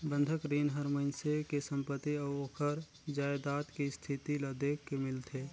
बंधक रीन हर मइनसे के संपति अउ ओखर जायदाद के इस्थिति ल देख के मिलथे